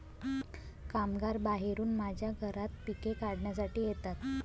कामगार बाहेरून माझ्या घरात पिके काढण्यासाठी येतात